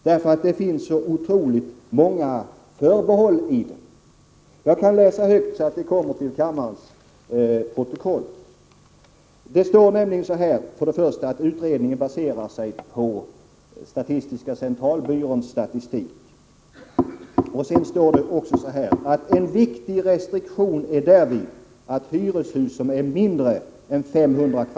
Det finns nämligen så otroligt många förbehåll i den. Jag vill gärna läsa in till kammarens protokoll vad som står i den. Till att börja med anför man att utredningen baserar sig på statistiska centralbyråns statistik, och därefter står det: ”En viktig restriktion är därvid att hyreshus som är mindre än 500 m?